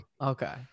Okay